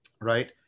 right